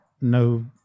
No